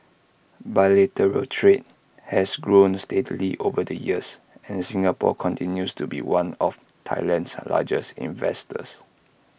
bilateral trade has grown steadily over the years and Singapore continues to be one of Thailand's largest investors